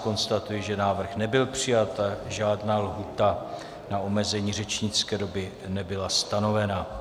Konstatuji, že návrh nebyl přijat a žádná lhůta na omezení řečnické doby nebyla stanovena.